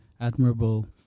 admirable